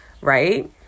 right